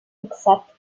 except